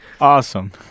Awesome